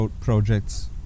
projects